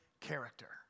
character